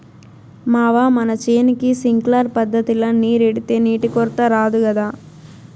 మావా మన చేనుకి సింక్లర్ పద్ధతిల నీరెడితే నీటి కొరత రాదు గదా